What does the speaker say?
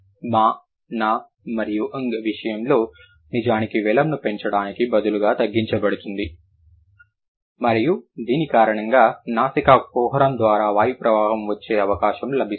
ma na మరియు ng విషయంలో నిజానికి వెలమ్ను పెంచడానికి బదులుగా తగ్గించబడుతుంది మరియు దీని కారణంగా నాసికా కుహరం ద్వారా వాయుప్రవాహం వచ్చే అవకాశం లభిస్తుంది